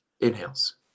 inhales